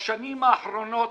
בשנים האחרונות